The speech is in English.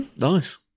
Nice